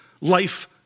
Life